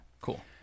cool